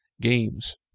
games